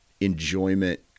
enjoyment